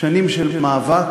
שנים של מאבק,